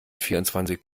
vierundzwanzig